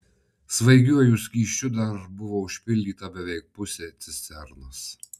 svaigiuoju skysčiu dar buvo užpildyta beveik pusė cisternos